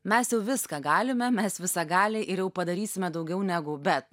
mes jau viską galime mes visagaliai ir jau padarysime daugiau negu bet